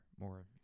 more